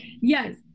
Yes